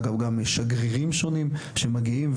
גם שגרירים שונים שמגיעים,